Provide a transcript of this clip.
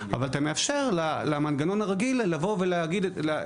אבל אתה מאפשר למנגנון הרגיל לבוא ולעשות